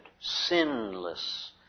sinless